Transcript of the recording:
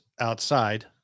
outside